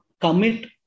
commit